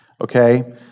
Okay